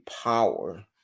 power